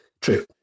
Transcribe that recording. True